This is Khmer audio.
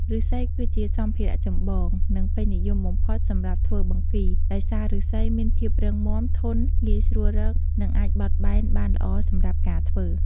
ឫស្សី គឺជាសម្ភារៈចម្បង និងពេញនិយមបំផុតសម្រាប់ធ្វើបង្គី ដោយសារឫស្សីមានភាពរឹងមាំ ធន់ ងាយស្រួលរក និងអាចបត់បែនបានល្អសម្រាប់ការធ្វើ។